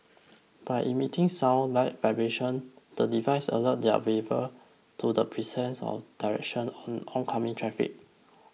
by emitting sound light and vibrations the devices alert their wearer to the presence and direction of oncoming traffic